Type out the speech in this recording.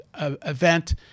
event